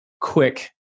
quick